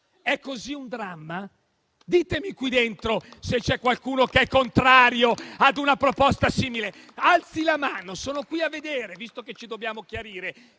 Ditemi se qui dentro c'è qualcuno che è contrario a una proposta simile: alzi la mano, sono qui per vedere. Visto che ci dobbiamo chiarire,